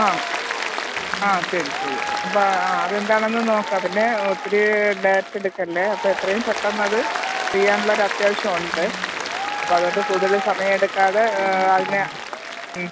ആ ആ ശരി ശരി അപ്പോള് ആ അതെന്താണെന്നു നോക്കാം പിന്നെ ഒത്തിരി ഡേറ്റ് എടുക്കല്ലേ അപ്പോള് എത്രയും പെട്ടെന്നത് ചെയ്യാനുള്ളരൊത്യാവശ്യം ഉണ്ട് അപ്പോള് അതുകൊണ്ട് കൂടുതല് സമയം എടുക്കാതെ അതിന്